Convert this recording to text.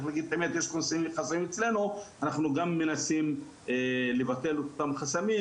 אנחנו גם מנסים לבטל את אותם חסמים,